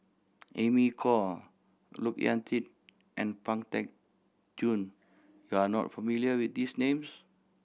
Amy Khor Look Yan Kit and Pang Teck Joon you are not familiar with these names